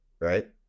right